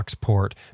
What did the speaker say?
port